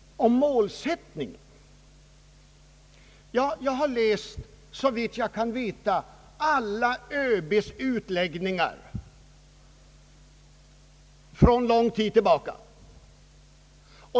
Såvitt jag vet har jag läst alla ÖB:s utläggningar sedan lång tid tillbaka.